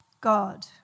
God